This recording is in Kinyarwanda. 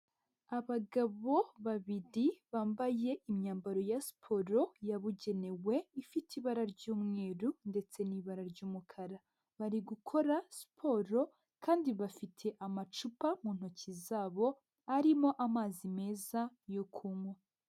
Abagabo babiri bambaye imyambaro ya siporo yabugenewe, ifite ibara ry'umweru ndetse n'ibara ry'umukara, bari gukora siporo kandi bafite amacupa mu ntoki zabo arimo amazi meza yo kunywa.